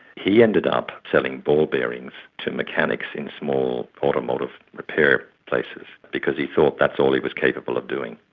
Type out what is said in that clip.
he ended up selling ballbearings to mechanics in small automotive repair places because he thought that's all he was capable of doing.